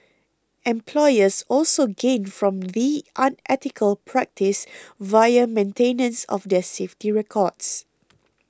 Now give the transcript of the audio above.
employers also gain from the unethical practice via maintenance of their safety records